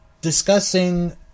discussing